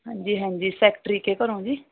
ਹਾਂਜੀ ਹਾਂਜੀ ਸੈਕਟਰੀ ਕੇ ਘਰੋਂ ਜੀ